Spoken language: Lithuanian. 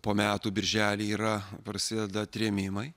po metų birželį yra prasideda trėmimai